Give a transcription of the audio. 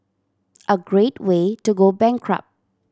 a great way to go bankrupt